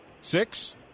Six